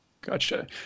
Gotcha